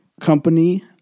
Company